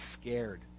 scared